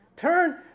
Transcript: Turn